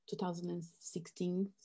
2016